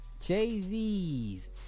Jay-Z's